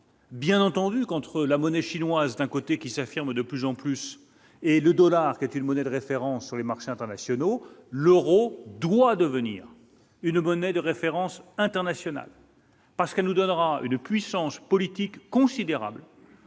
Bien entendu, contre la monnaie chinoise, d'un côté, qui s'affirme de plus en plus et le dollar qui est une monnaie de référence sur les marchés internationaux : l'Euro doit devenir une monnaie de référence internationale. Parce qu'elle nous donnera une puissance politique considérable